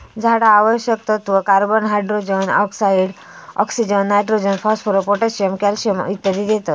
झाडा आवश्यक तत्त्व, carbon, hydrogen, oxygen, nitrogen, phosphorus, potassium, calcium इत्यादी देतत